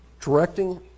directing